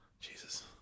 Jesus